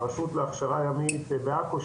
ברשות להכשרה ימית בעכו.